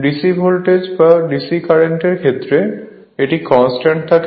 DC voltage বা DC current এর ক্ষেত্রে এটি কনস্ট্যান্ট থাকে